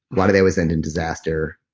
why do they always end in disaster?